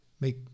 make